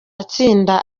itsinda